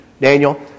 Daniel